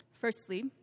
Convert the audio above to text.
firstly